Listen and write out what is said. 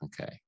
okay